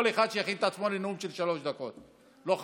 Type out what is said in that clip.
כל אחד שיכין את עצמו לנאום של שלוש דקות, לא חמש.